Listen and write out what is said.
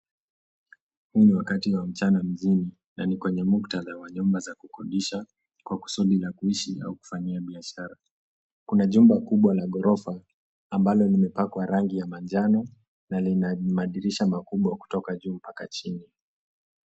Huu ni wakati wa mchana mjini, na ni kwenye muktadha wa nyumba za kukodisha, kwa kusudi la kuishi au kufanyia biashara. Kuna jumba kubwa la ghorofa, ambalo limepakwa rangi ya manjano, na lina madirisha makubwa kutoka juu mpaka chini.